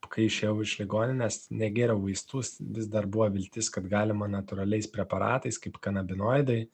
kai išėjau iš ligoninės negėriau vaistus vis dar buvo viltis kad galima natūraliais preparatais kaip kanabinoidai